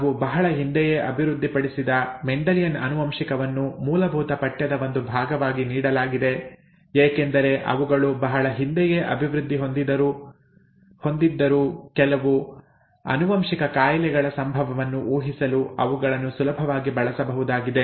ನಾವು ಬಹಳ ಹಿಂದೆಯೇ ಅಭಿವೃದ್ಧಿಪಡಿಸಿದ ಮೆಂಡೆಲಿಯನ್ ಆನುವಂಶಿಕವನ್ನು ಮೂಲಭೂತ ಪಠ್ಯದ ಒಂದು ಭಾಗವಾಗಿ ನೀಡಲಾಗಿದೆ ಏಕೆಂದರೆ ಅವುಗಳು ಬಹಳ ಹಿಂದೆಯೇ ಅಭಿವೃದ್ಧಿ ಹೊಂದಿದ್ದರೂ ಕೆಲವು ಆನುವಂಶಿಕ ಕಾಯಿಲೆಗಳ ಸಂಭವವನ್ನು ಊಹಿಸಲು ಅವುಗಳನ್ನು ಸುಲಭವಾಗಿ ಬಳಸಬಹುದಾಗಿದೆ